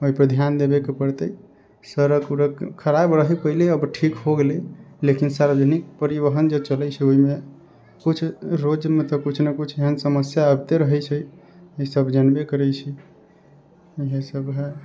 ओहि पर ध्यान देबैके पड़ते सड़क वड़क खराब रहै पहले आब ठीक हो गेलै लेकिन सार्वजनिक परिवहन जे चलै छै ओहिमे कुछ रोज मतलब कुछ न कुछ एहन समस्या अबिते रहै छै जे सभ जानबै करै छी यहै सभ है